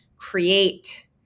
create